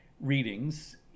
readings